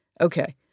Okay